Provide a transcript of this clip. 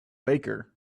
baker